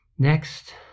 Next